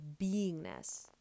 beingness